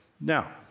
Now